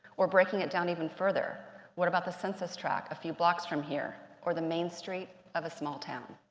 we're breaking it down even further, what about the census tract a few blocks from here, or the main street of a small town?